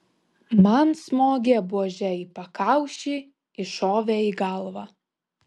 man smogė buože į pakaušį iššovė į galvą